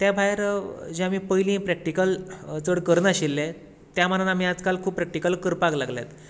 त्या भायर पयली प्रॅक्टीकल चड करनाशिल्ले त्या मनान आमी आजकाल खूब प्रॅक्टीकल करपाक लागल्यात